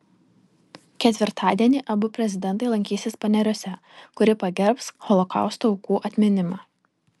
ketvirtadienį abu prezidentai lankysis paneriuose kuri pagerbs holokausto aukų atminimą